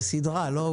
זו סדרה, לא?